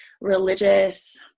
religious